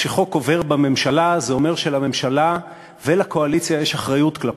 כשחוק עובר בממשלה זה אומר שלממשלה ולקואליציה יש אחריות כלפיו,